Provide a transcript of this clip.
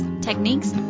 techniques